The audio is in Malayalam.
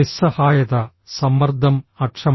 നിസ്സഹായത സമ്മർദ്ദം അക്ഷമ